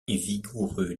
vigoureux